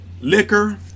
Liquor